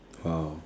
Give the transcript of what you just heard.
!wow!